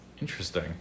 Interesting